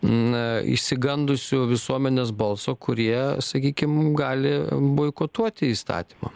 na išsigandusių visuomenės balso kurie sakykim gali boikotuoti įstatymą